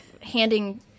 Handing